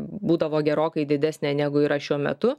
būdavo gerokai didesnė negu yra šiuo metu